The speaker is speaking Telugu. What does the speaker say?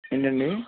ఏంటండి